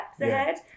ahead